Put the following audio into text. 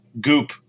goop